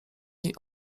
jej